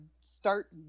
start